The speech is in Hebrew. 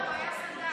הוא היה סנדק.